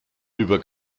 über